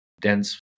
dense